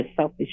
selfish